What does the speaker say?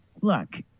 look